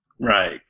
Right